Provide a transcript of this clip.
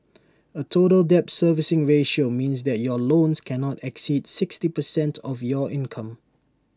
A total debt servicing ratio means that your loans cannot exceed sixty percent of your income